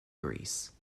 greece